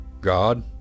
God